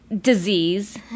disease